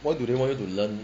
what do they want you to learn